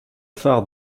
phare